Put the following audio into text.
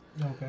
Okay